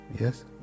yes